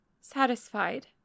satisfied